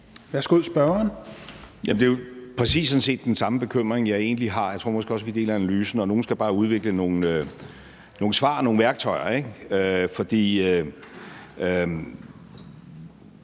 Rasmussen (M) : Det er jo sådan set præcis den samme bekymring, jeg egentlig har. Jeg tror måske også, vi deler analysen, og nogen skal bare udvikle nogle svar og nogle værktøjer. For